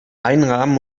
einrahmen